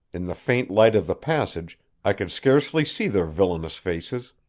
in the faint light of the passage i could scarcely see their villainous faces.